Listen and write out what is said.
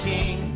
King